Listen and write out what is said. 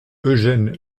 eugène